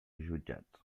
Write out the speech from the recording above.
jutjats